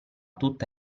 tutta